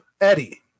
Eddie